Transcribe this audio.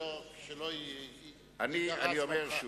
אני אומר שוב: